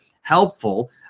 helpful